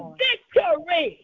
victory